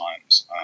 times